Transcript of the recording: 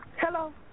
Hello